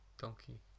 Donkey